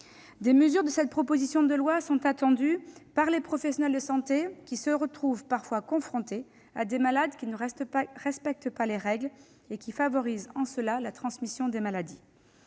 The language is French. Des mesures de cette proposition de loi sont attendues par les professionnels de santé, parfois confrontés à des malades qui, ne respectant pas les règles, favorisent la transmission des maladies.